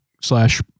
slash